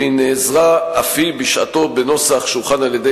והיא נעזרה בשעתו אפילו בנוסח שהוכן על-ידי